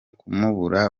kumubura